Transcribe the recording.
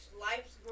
life's